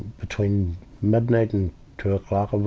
between midnight and two o'clock,